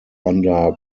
under